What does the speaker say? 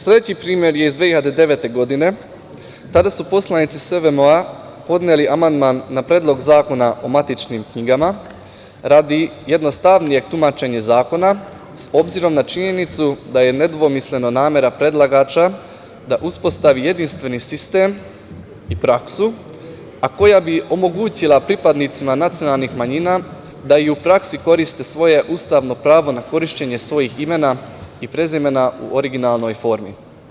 Sledeći primer je iz 2009. godine, tada su poslanici SVM podneli amandman na Predlog zakona o matičnim knjigama, radi jednostavnije tumačenje zakona, s obzirom na činjenicu da je nedvosmislena namera predlagača da uspostavi jedinstveni sistem i praksu a koja bi omogućila pripadnicima nacionalnih manjina da i u praksi koriste svoje ustavno pravo na korišćenje svojih imena i prezimena u originalnoj formi.